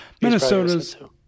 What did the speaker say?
Minnesota